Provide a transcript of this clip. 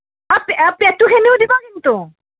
অঁ পেটুখিনিও দিব কিন্তু